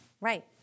Right